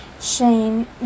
Shane